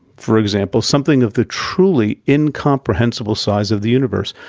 for example, something of the truly incomprehensible size of the universe,